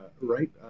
right